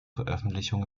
veröffentlichung